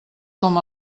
com